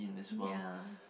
mm ya